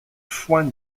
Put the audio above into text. foin